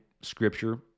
scripture